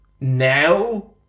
Now